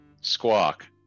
Squawk